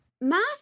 math